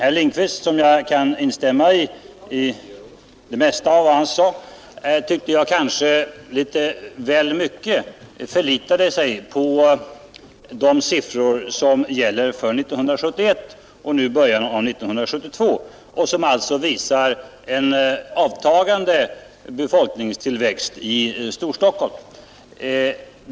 Jag kan instämma med herr Lindkvist i det mesta av vad han sade, men han förlitar sig enligt min uppfattning kanske alltför mycket på de siffror som gäller för 1971 och för början av 1972 och som visar en avtagande befolkningstillväxt i Storstockholm.